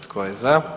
Tko je za?